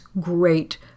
great